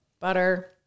butter